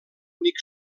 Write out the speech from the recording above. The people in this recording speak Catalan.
únic